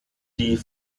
die